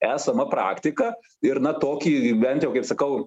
esama praktika ir na tokį bent jau kaip sakau